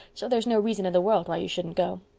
so there's no reason in the world why you shouldn't go.